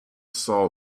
saw